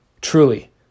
Truly